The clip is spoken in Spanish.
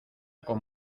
con